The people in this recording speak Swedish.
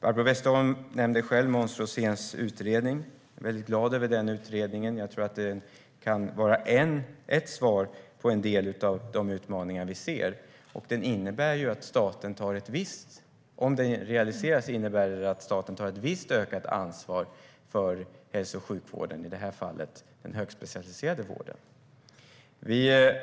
Barbro Westerholm nämnde själv Måns Roséns utredning. Jag är mycket glad över den utredningen. Jag tror att den kan vara ett svar på en del av de utmaningar som vi ser. Om den realiseras innebär det att staten tar ett visst ökat ansvar för hälso och sjukvården - i detta fall den högspecialiserade vården.